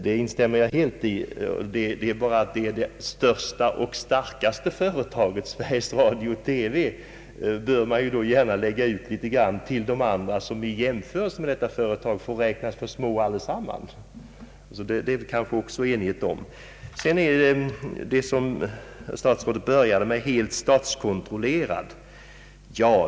Från det största och starkaste företaget, Sveriges Radio, bör man då gärna lägga ut en del arbeten på de andra företagen, som allesammans räknas för små i jämförelse med Sveriges Radio. Det kanske råder enighet också om detta. Sedan har vi det uttryck som statsrådet började med, nämligen »helt statskontrollerad».